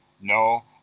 No